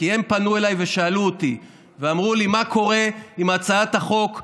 כי הם פנו אליי ושאלו אותי ואמרו לי: מה קורה עם הצעת החוק שהסכמת,